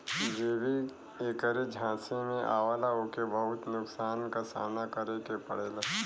जे भी ऐकरे झांसे में आवला ओके बहुत नुकसान क सामना करे के पड़ेला